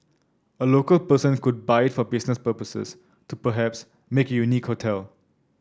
a local person could buy it for business purposes to perhaps make a unique hotel